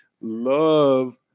love